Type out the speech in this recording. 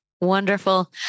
Wonderful